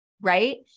right